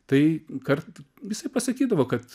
tai kart visi pasakydavo kad